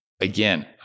again